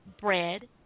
bread